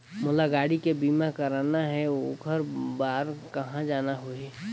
मोला गाड़ी के बीमा कराना हे ओकर बार कहा जाना होही?